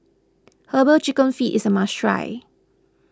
Herbal Chicken Feet is a must try